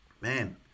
man